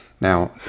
Now